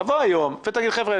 תבוא היום ותגידו: חבר'ה,